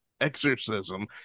exorcism